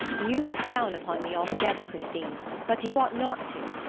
you look down upon me altogether, christine but you ought not to.